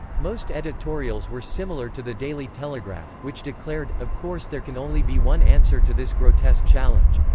most editorials were similar to the daily telegraph, which declared of course there can only be one answer to this grotesque challenge.